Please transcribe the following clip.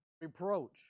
reproach